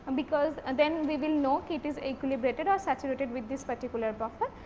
because and then, we will know it is equilibrated are saturated with this particular buffer,